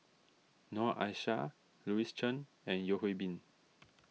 Noor Aishah Louis Chen and Yeo Hwee Bin